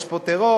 יש פה טרור,